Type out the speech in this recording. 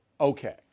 Okay